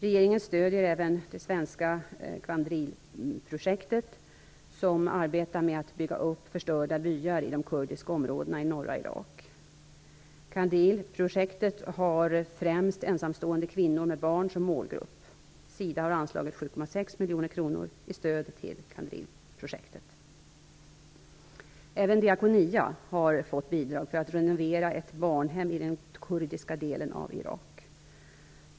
Regeringen stöder även det svenska Qandilprojektet, som arbetar med att bygga upp förstörda byar i de kurdiska områdena i norra Irak. Qandilprojektet har främst ensamstående kvinnor med barn som målgrupp. SIDA har anslagit 7,6 miljoner kronor i stöd till Qandilprojektet. Även Diakonia har fått bidrag för att renovera ett barnhem i den kurdiska delen av Irak.